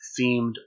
themed